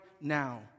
now